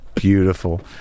Beautiful